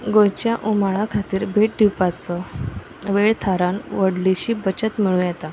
गोंयच्या उमाळा खातीर भेट दिवपाचो वेळ थारावन व्हडलीशी बचत मेळूं येता